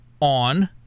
on